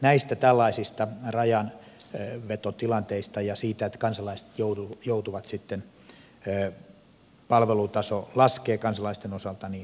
näistä tällaisista rajanvetotilanteista ja siitä että palvelutaso laskee kansalaisten osalta tulee päästä eroon